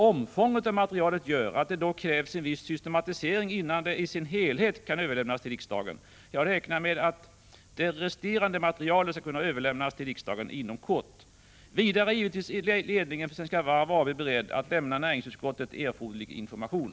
Omfånget av materialet gör att det dock krävs en viss systematisering innan det i sin helhet kan överlämnas till riksdagen. Jag räknar med att det resterande materialet skall kunna överlämnas till riksdagen inom kort. Vidare är givetvis ledningen för Svenska Varv AB beredd att lämna näringsutskottet erforderlig information.